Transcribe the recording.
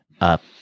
up